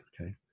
Okay